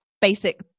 basic